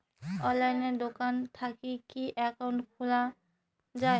অনলাইনে দোকান থাকি কি একাউন্ট খুলা যায়?